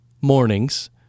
mornings